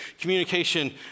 communication